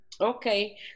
Okay